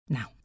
Now